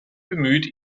bemüht